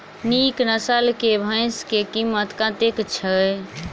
नीक नस्ल केँ भैंस केँ कीमत कतेक छै?